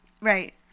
right